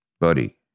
Buddy